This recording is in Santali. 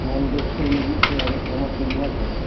ᱡᱮᱢᱚᱱ ᱨᱟᱹᱥᱠᱟᱹᱭ ᱞᱟᱜᱤᱫ ᱥᱮ ᱨᱚᱢᱚᱡᱽ ᱞᱟᱜᱤᱜ ᱵᱟᱥᱮ